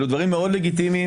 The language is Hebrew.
אלה דברים מאוד לגיטימיים,